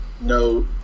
no